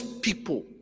people